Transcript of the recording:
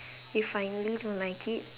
if I really don't like it